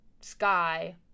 Sky